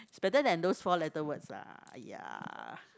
it's better than those four letter words lah !aiya!